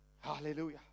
Hallelujah